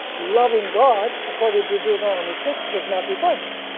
loving god according to deuteronomy six does not define it.